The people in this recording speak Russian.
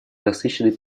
насыщенной